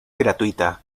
gratuita